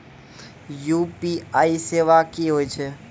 UPI सेवा की होय छै?